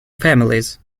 families